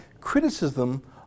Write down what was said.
criticism